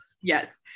Yes